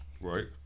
Right